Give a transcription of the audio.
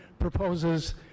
proposes